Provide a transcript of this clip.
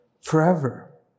forever